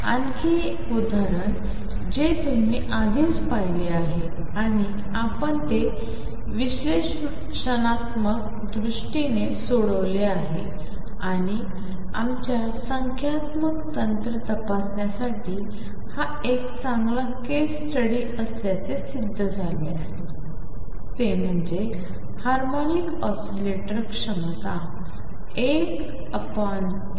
आणखी एक उदाहरण जे तुम्ही आधीच पाहिले आहे आणि आपण ते विश्लेषणात्मक पद्धतीने सोडवले आहे आणि आमच्या संख्यात्मक तंत्र तपासण्यासाठी हा एक चांगला केस स्टडी असल्याचे सिद्ध झाले आहे ते म्हणजे हार्मोनिक ऑसिलेटर क्षमता 12kx2